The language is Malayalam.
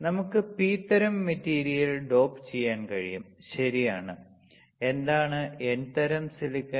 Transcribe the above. നമുക്ക് പി തരം മെറ്റീരിയൽ ഡോപ്പ് ചെയ്യാൻ കഴിയും ശരിയാണ് ഇതാണ് എൻ തരം സിലിക്കൺ